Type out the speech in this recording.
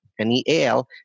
N-E-A-L